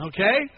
Okay